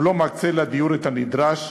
הוא לא מקצה לדיור את הנדרש,